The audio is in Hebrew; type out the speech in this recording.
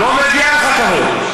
לא מגיע לך כבוד.